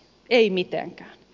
ei mitenkään